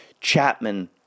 Chapman